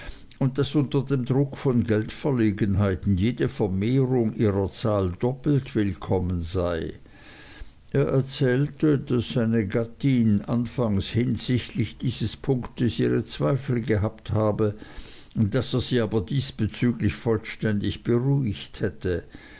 und daß unter dem druck von geldverlegenheiten jede vermehrung ihrer zahl doppelt willkommen sei er erzählte daß seine gattin anfangs hinsichtlich dieses punktes ihre zweifel gehabt habe daß er sie aber diesbezüglich vollständig beruhigt hätte